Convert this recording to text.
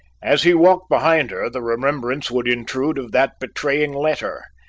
as he walked behind her, the remembrance would intrude of that betraying letter,